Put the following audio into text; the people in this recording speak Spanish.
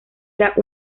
era